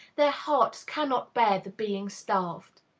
their hearts cannot bear the being starved.